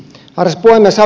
arvoisa puhemies